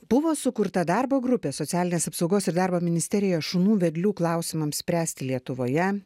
buvo sukurta darbo grupė socialinės apsaugos ir darbo ministerijoj šunų vedlių klausimams spręsti lietuvoje